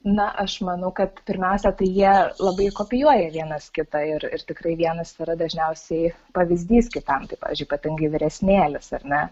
na aš manau kad pirmiausia tai jie labai kopijuoja vienas kitą ir ir tikrai vienas yra dažniausiai pavyzdys kitam tai pavyzdžiui ypatingai vyresnėlis ar ne